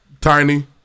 Tiny